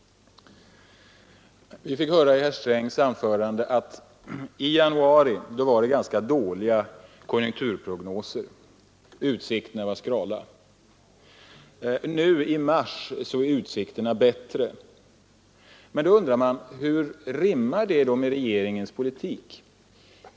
Vi fick i herr Strängs anförande höra att i januari var konjunkturprognoserna ganska dåliga, utsikterna var skrala. Nu i mars månad är utsikterna bättre. Hur rimmar det då med regeringens politik?